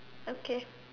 okay